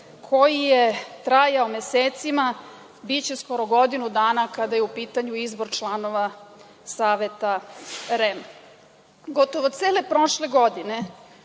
koji je trajao mesecima, biće skoro godinu dana kada je u pitanju izbor članova Saveta REM.Gotovo cele prošle godine,